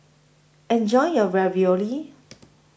Enjoy your Ravioli